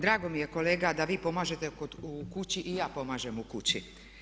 Drago mi je kolega da vi pomažete u kući i ja pomažem u kući.